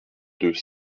deux